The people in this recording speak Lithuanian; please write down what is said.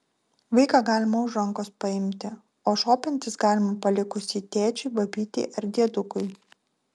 vaiką galima už rankos paimti o šopintis galima palikus jį tėčiui babytei ar diedukui